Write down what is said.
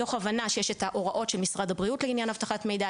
מתוך הבנה שיש את ההוראות של משרד הבריאות לעניין אבטחת מידע,